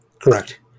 correct